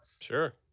sure